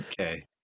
okay